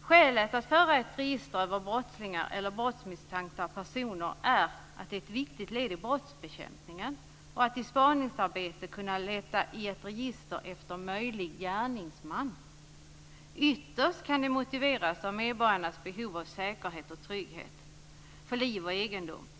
Skälet till att föra ett register över brottslingar eller brottsmisstänkta personer är att det är ett viktigt led i brottsbekämpningen och att man i spaningsarbete skall kunna leta i ett register efter möjlig gärningsman. Ytterst kan det motiveras av medborgarnas behov av säkerhet och trygghet för liv och egendom.